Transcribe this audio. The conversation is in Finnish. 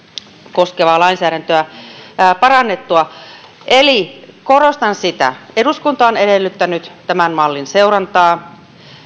koskevaa lainsäädäntöä parannettua eli korostan sitä että eduskunta on edellyttänyt tämän mallin seurantaa